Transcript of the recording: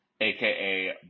aka